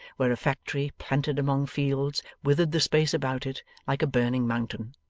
where a factory planted among fields withered the space about it, like a burning mountain.